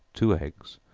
two eggs,